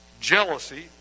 jealousy